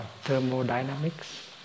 thermodynamics